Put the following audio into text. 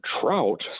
trout